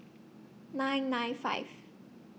nine nine five